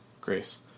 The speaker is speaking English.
Grace